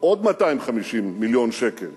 עוד 250 מיליון שקל